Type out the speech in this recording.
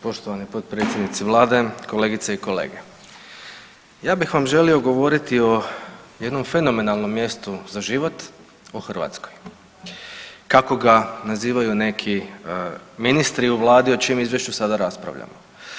Poštovani potpredsjednici Vlade, kolegice i kolege ja bih vam želio govoriti o jednom fenomenalnom mjestu za život o Hrvatskoj kako ga nazivaju neki ministri u vladi o čijem izvješću sada raspravljamo.